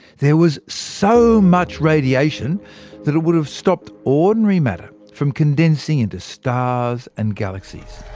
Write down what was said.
there was so much radiation that it would have stopped ordinary matter from condensing into stars, and galaxies.